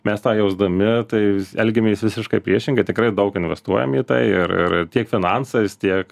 mes tą jausdami tai elgiamės visiškai priešingai tikrai daug investuojam į tai ir ir tiek finansais tiek